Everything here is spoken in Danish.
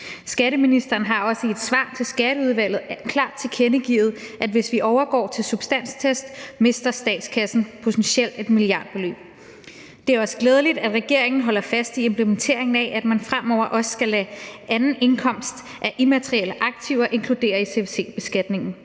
Skatteministeren har også i et svar til Skatteudvalget klart tilkendegivet, at hvis vi overgår til substanstest, mister statskassen potentielt et milliardbeløb. Det er også glædeligt, at regeringen holder fast i implementeringen af, at man fremover også skal lade anden indkomst af immaterielle aktiver inkludere i CFC-beskatningen.